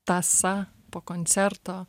tąsa po koncerto